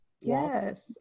Yes